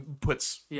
puts